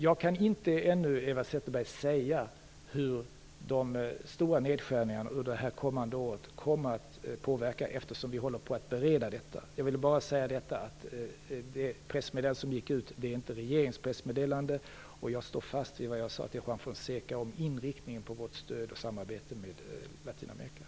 Eva Zetterberg, jag kan ännu inte säga hur de stora nedskärningarna under det kommande året kommer att påverka, eftersom vi håller på att bereda detta. Jag vill bara säga att det pressmeddelande som gick ut inte är regeringens pressmeddelande. Jag står fast vid vad jag sade till Juan Fonseca om inriktningen på vårt stöd och samarbete med Latinamerika.